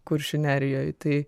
kuršių nerijoj tai